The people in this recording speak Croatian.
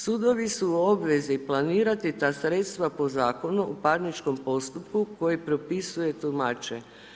Sudovi su u obvezi planirati ta sredstva u zakonu u parničkom postupku koji propisuje tumače.